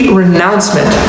renouncement